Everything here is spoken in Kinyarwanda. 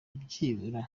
byibura